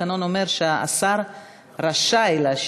התקנון אומר שהשר רשאי להשיב.